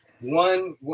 one